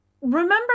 remember